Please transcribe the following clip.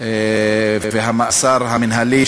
והמאסר המינהלי,